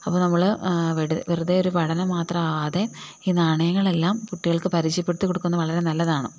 അപ്പം നമ്മൾ വെറുതെ ഒരു പഠനം മാത്രമാവാതെ ഈ നാണയങ്ങളെല്ലാം കുട്ടികൾക്ക് പരിചയപ്പെടുത്തി കൊടുക്കുന്നത് വളരെ നല്ലതാണ്